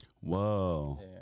Whoa